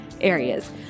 areas